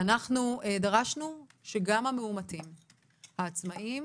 דרשנו שגם המאומתים, העצמאים,